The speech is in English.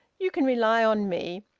you can rely on me.